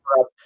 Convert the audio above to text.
up